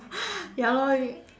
ya lor